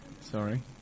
Sorry